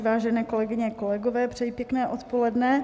Vážené kolegyně, kolegové, přeji pěkné odpoledne.